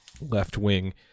left-wing